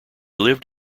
lived